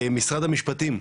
משרד המשפטים,